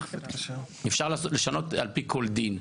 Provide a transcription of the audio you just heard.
ולעשות "על פי כל דין".